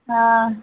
हाँ